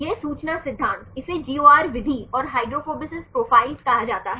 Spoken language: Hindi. यह सूचना सिद्धांत इसे GOR विधि और हाइड्रोफोबिसिस प्रोफाइल कहा जाता है